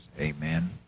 Amen